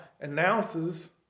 announces